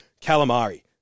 calamari